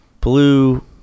blue